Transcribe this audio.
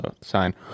sign